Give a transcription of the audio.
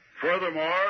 Furthermore